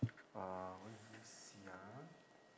uh let me see ah